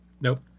Nope